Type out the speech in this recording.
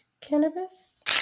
cannabis